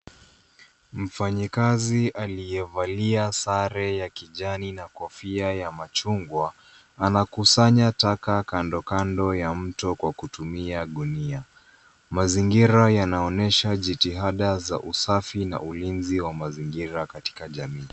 Mfanyikazi alie valia sare ya kijani na kofia ya machingwa ana kusanya taka kando kando akitumia gunia, mazingira yanaonyesha jitihada na usafi wa ulinzi wa mazingira katika jamii.